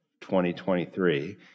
2023